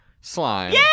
slime